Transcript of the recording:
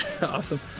awesome